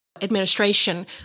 administration